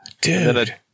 Dude